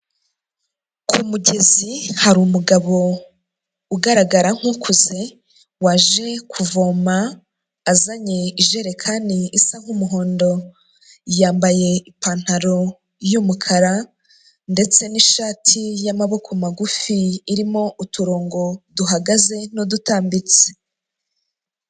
Ku mugezi hari umugabo ugaragara nk'ukuze waje kuvoma azanye ijerekani isa nk'umuhondo, yambaye ipantaro yumukara ndetse n'ishati y'amaboko magufi irimo uturongo duhagaze n'udutambitse.